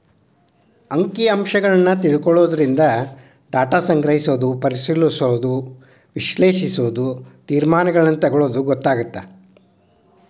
ಅಂಕಿ ಅಂಶಗಳನ್ನ ತಿಳ್ಕೊಳ್ಳೊದರಿಂದ ಡಾಟಾ ಸಂಗ್ರಹಿಸೋದು ಪರಿಶಿಲಿಸೋದ ವಿಶ್ಲೇಷಿಸೋದು ತೇರ್ಮಾನಗಳನ್ನ ತೆಗೊಳ್ಳೋದು ಗೊತ್ತಾಗತ್ತ